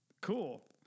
Cool